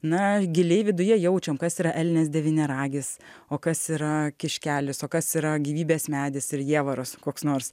na giliai viduje jaučiam kas yra elnias devyniaragis o kas yra kiškelis o kas yra gyvybės medis ir jievaras koks nors